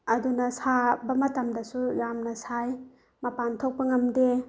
ꯑꯗꯨꯅ ꯁꯥꯕ ꯃꯇꯝꯗꯁꯨ ꯌꯥꯝꯅ ꯁꯥꯏ ꯃꯄꯥꯟ ꯊꯣꯛꯄ ꯉꯝꯗꯦ